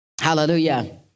Hallelujah